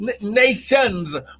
nations